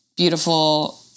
beautiful